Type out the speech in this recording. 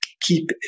keep